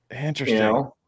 interesting